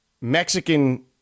Mexican